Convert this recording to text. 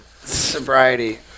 sobriety